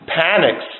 panics